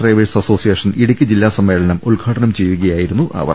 drivers association Idukki ജില്ലാ സമ്മേളനം ഉദ്ഘാട്ടനം ചെയ്യുക യായിരുന്നു അവർ